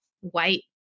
white